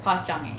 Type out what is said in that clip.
夸张 leh